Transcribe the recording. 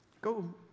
Go